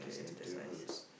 it's the devils